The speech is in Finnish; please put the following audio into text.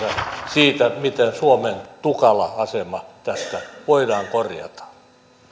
siitä miten suomen tukala asema tässä voidaan korjata sitten